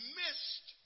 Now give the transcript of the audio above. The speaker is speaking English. missed